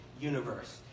universe